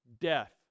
death